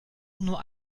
nur